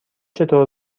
چطور